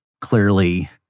clearly